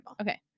Okay